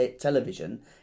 television